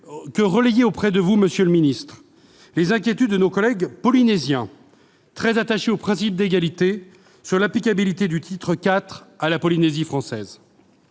pas relayer auprès de vous, monsieur le ministre, les inquiétudes de nos collègues polynésiens, très attachés au principe d'égalité, sur l'applicabilité du titre IV à la Polynésie française.